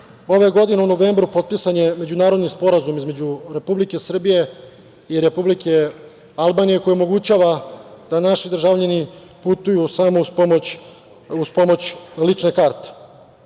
Ove godine u novembru potpisan je međunarodni sporazum između Republike Srbije i Republike Albanije koji omogućava da naši državljani putuju samo uz pomoć lične karte.